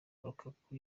lukaku